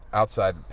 outside